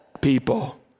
people